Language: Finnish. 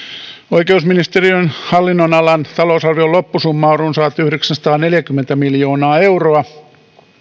oikeusministeriön hallinnonalan talousarvion loppusumma on runsaat yhdeksänsataaneljäkymmentä miljoonaa euroa